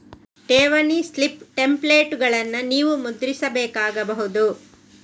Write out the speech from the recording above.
ಠೇವಣಿ ಸ್ಲಿಪ್ ಟೆಂಪ್ಲೇಟುಗಳನ್ನು ನೀವು ಮುದ್ರಿಸಬೇಕಾಗಬಹುದು